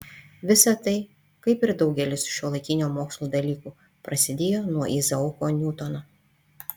visa tai kaip ir daugelis šiuolaikinio mokslo dalykų prasidėjo nuo izaoko niutono